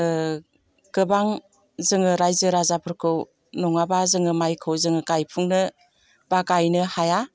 गोबां जोङो राइजो राजाफोरखौ नङाब्ला जों माइखौ गायफुंनो बा गायनो हाया